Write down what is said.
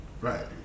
Right